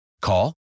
Call